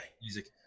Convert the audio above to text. music